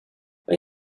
when